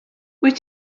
wyt